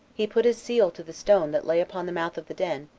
he put his seal to the stone that lay upon the mouth of the den,